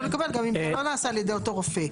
לקבל גם אם זה לא נעשה על ידי אותו רופא.